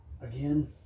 again